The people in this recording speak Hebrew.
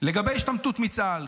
לגבי השתמטות מצה"ל.